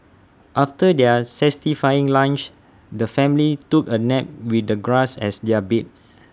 after their satisfying lunch the family took A nap with the grass as their bed